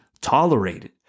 tolerated